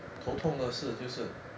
头痛的事就是